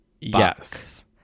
Yes